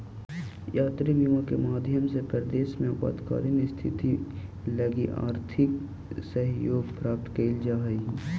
यात्री बीमा के माध्यम से परदेस में आपातकालीन स्थिति लगी आर्थिक सहयोग प्राप्त कैइल जा सकऽ हई